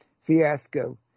fiasco